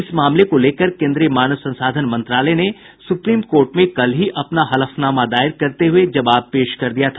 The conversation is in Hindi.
इस मामले को लेकर केन्द्रीय मानव संसाधन मंत्रालय ने सुप्रीम कोर्ट में कल ही अपना हलफनामा दायर करते हुये जवाब पेश कर दिया था